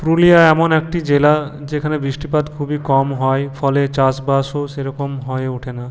পুরুলিয়া এমন একটি জেলা যেখানে বৃষ্টিপাত খুবই কম হয় ফলে চাষবাসও সেরকম হয়ে ওঠে না